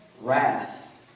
wrath